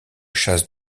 chasse